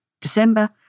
December